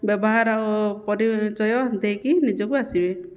ବ୍ୟବହାର ପରିଚୟ ଦେଇକି ନିଜକୁ ଆସିବେ